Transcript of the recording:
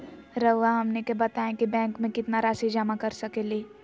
रहुआ हमनी के बताएं कि बैंक में कितना रासि जमा कर सके ली?